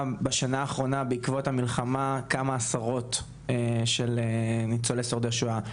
בעקבות המלחמה עלו בשנה האחרונה כמה עשרות של שורדי שואה,